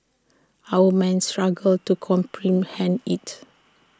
our main struggle to comprehend IT